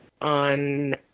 on